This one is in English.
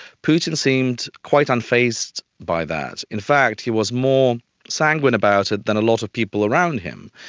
putin seemed quite unfazed by that. in fact he was more sanguine about it than a lot of people around him.